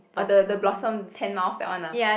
ah the the blossom ten miles that one ah